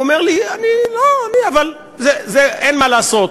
הוא אומר לי: אני לא, אבל אין מה לעשות.